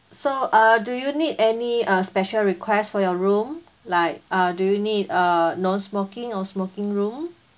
so uh do you need any uh special request for your room like uh do you need uh non-smoking or smoking room